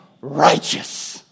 righteous